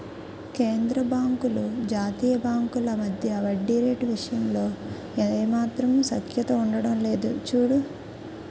కేంద్రబాంకులు జాతీయ బాంకుల మధ్య వడ్డీ రేటు విషయంలో ఏమాత్రం సఖ్యత ఉండడం లేదు చూడు